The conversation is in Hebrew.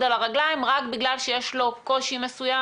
על הרגליים רק בגלל שיש לו קושי מסוים,